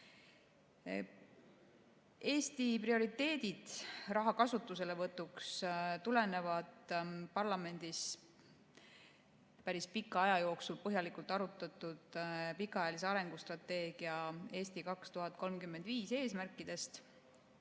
Eesti prioriteedid raha kasutuselevõtuks tulenevad parlamendis päris pika aja jooksul põhjalikult arutatud pikaajalise arengustrateegia "Eesti 2035" eesmärkidest,